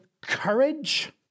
courage